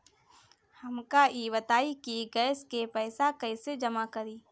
हमका ई बताई कि गैस के पइसा कईसे जमा करी?